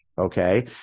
okay